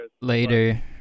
later